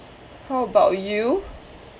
how about you